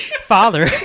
father